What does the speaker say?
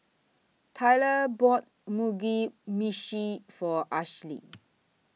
Tyler bought Mugi Meshi For Ashli